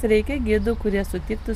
reikia gidų kurie sutiktų